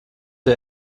der